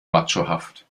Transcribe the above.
machohaft